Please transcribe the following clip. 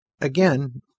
again